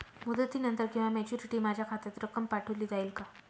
मुदतीनंतर किंवा मॅच्युरिटी माझ्या खात्यात रक्कम पाठवली जाईल का?